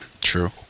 true